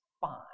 fine